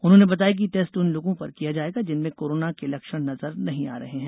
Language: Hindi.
उन्होंने बताया कि यह टेस्ट उन लोगो पर किया जायेगा जिनमें कोरोना के लक्ष्ण नजर नही आ रहे हैं